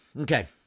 Okay